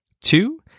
two